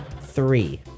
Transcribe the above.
Three